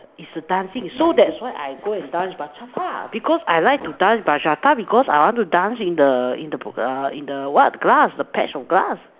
is a dancing so that's why I go and dance bachata because I like to dance bachata because I want to dance in the in the err what grass patch of grass